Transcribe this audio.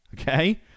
Okay